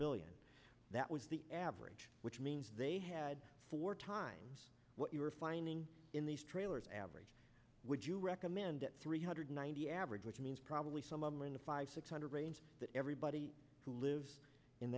billion that was the average which means they had four times what you're finding in these trailers average would you recommend three hundred ninety average which means probably somewhere in the five six hundred range that everybody who lives in